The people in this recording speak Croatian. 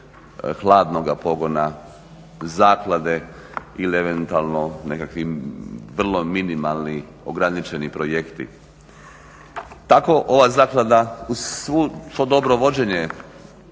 hladnoga pogona zaklade ili eventualno nekakvim vrlo minimalni ograničeni projekti tako ova zaklada uz svu što dobro vođenje